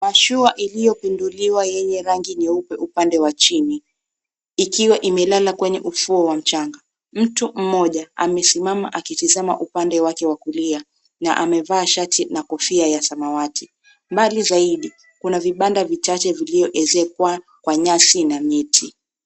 Mashuwa iliyopinduliwa yenye rangi nyeupe upande wa chini, ikiwa imelala kwenye ufuo wa mchanga. Mtu mmoja amesimama akitazama upande wake wakulia na amevaa shati na kofia ya samawati ,mbali zaidi kuna vibanda vichache vilivyoezekwa kwa nyasi na miti.